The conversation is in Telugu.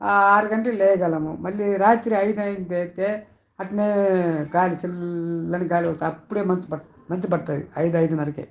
ఆరు గంటలకి లేయగలము మళ్ళీ రాత్రి అయిందంటే అట్నే గాలి చల్లని గాలేస్తుంది అప్పుడే మంచు పడ మంచు పడుతుంది ఐదు ఐదున్నరకే